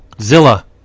Zilla